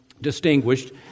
distinguished